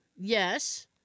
Yes